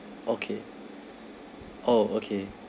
okay oh okay